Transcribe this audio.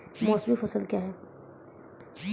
मौसमी फसल क्या हैं?